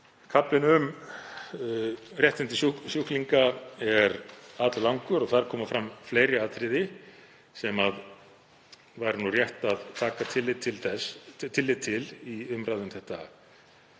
Kaflinn um réttindi sjúklinga er alllangur og þar koma fram fleiri atriði sem rétt væri að taka tillit til í umræðu um